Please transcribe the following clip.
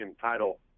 title